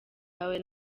wawe